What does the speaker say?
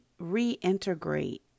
reintegrate